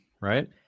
right